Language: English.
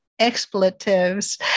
expletives